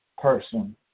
person